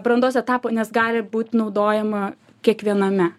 brandos etapo nes gali būt naudojama kiekviename